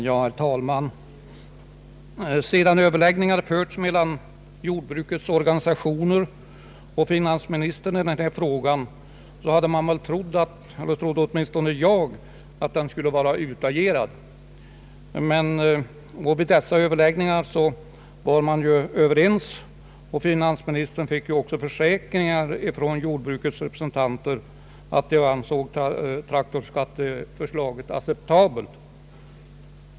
Herr talman! Sedan överläggningar förts mellan jordbrukets organisationer och finansministern i denna fråga, hade man väl trott — åtminstone gjorde jag det — att den skulle vara utagerad. Vid dessa överläggningar var man överens, och finansministern fick försäkringar från jordbrukets representanter att de ansåg traktorskatteförslaget acceptabelt.